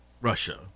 Russia